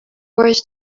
worse